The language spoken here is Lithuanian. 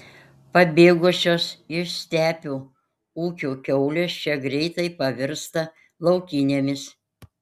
pabėgusios iš stepių ūkių kiaulės čia greitai pavirsta laukinėmis